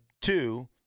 two